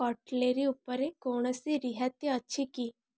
cutlery ଉପରେ କୌଣସି ରିହାତି ଅଛି କି